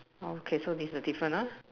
okay so this is the different lah